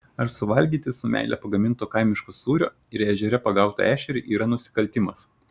ar suvalgyti su meile pagaminto kaimiško sūrio ir ežere pagautą ešerį yra nusikaltimas